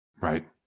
Right